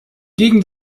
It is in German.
gegen